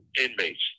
inmates